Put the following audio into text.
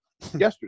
yesterday